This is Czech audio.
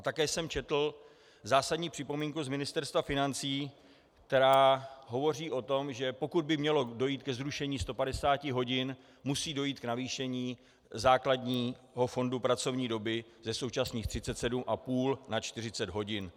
Také jsem četl zásadní připomínku z Ministerstva financí, která hovoří o tom, že pokud by mělo dojít ke zrušení 150 hodin, musí dojít ke zvýšení základního fondu pracovní doby ze současných 37,5 na 40 hodin.